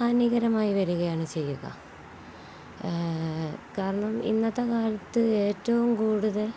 ഹാനികരമായി വരികയാണു ചെയ്യുക ആ കാരണം ഇന്നത്തെ കാലത്ത് ഏറ്റവും കൂടുതൽ